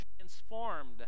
transformed